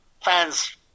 fans